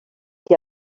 que